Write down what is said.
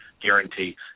guarantee